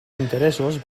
interessos